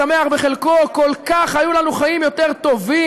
השמח בחלקו" כל כך היו לנו חיים יותר טובים,